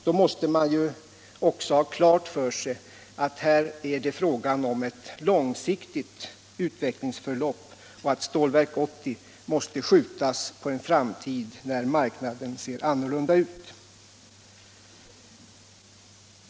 Då måste man också ha klart för sig att det här är fråga om ett långsiktigt utvecklingsförlopp och att Stålverk 80 måste skjutas på en framtid när marknaden ser annorlunda ut.